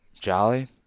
jolly